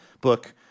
book